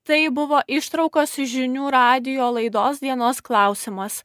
tai buvo ištraukos iš žinių radijo laidos dienos klausimas